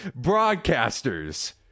Broadcasters